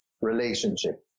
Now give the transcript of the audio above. relationship